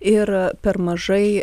ir per mažai